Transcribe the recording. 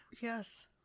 Yes